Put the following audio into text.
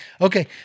Okay